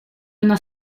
una